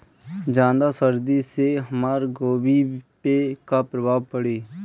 ज्यादा सर्दी से हमार गोभी पे का प्रभाव पड़ी?